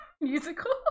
musical